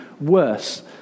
worse